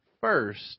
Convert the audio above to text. first